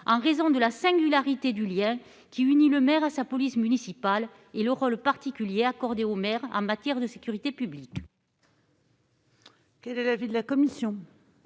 en raison de la singularité du lien unissant le maire à sa police municipale et du rôle particulier accordé au maire en matière de sécurité publique.